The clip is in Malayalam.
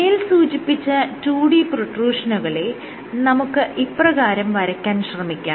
മേൽ സൂചിപ്പിച്ച 2D പ്രൊട്രൂഷനുകളെ നമുക്ക് ഇപ്രകാരം വരയ്ക്കാൻ ശ്രമിക്കാം